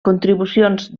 contribucions